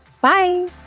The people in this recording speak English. Bye